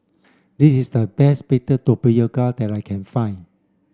this is the best baked tapioca that I can find